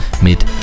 mit